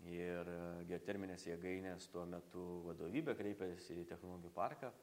ir geoterminės jėgainės tuo metu vadovybė kreipėsi į technologijų parką